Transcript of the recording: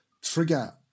trigger